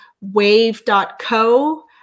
wave.co